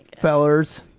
fellers